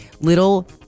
little